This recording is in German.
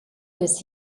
des